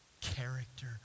character